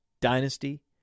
dynasty